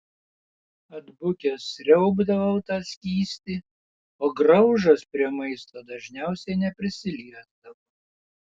atbukęs sriaubdavau tą skystį o graužas prie maisto dažniausiai neprisiliesdavo